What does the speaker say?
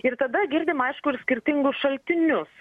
ir tada girdim aišku skirtingus šaltinius